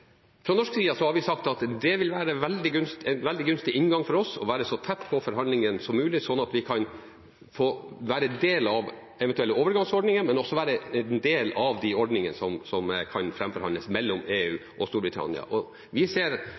Fra norsk side har vi sagt at det vil være en veldig gunstig inngang for oss å være så tett på forhandlingene som mulig, slik at vi kan være en del av eventuelle overgangsordninger, men også en del av de ordningene som kan framforhandles mellom EU og Storbritannia. Vi ser